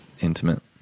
Intimate